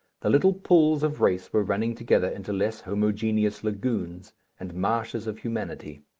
the little pools of race were running together into less homogeneous lagoons and marshes of humanity,